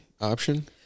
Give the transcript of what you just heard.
option